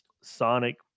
sonic